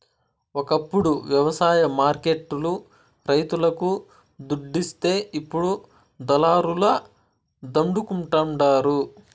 ఒకప్పుడు వ్యవసాయ మార్కెట్ లు రైతులకు దుడ్డిస్తే ఇప్పుడు దళారుల దండుకుంటండారు